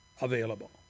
Available